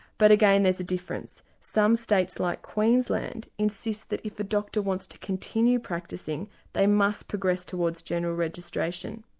but again there's a difference, some states like queensland insist that if a doctor wants to continue practising they must progress towards general registration.